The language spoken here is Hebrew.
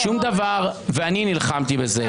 אני נלחמתי בזה.